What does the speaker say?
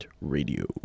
Radio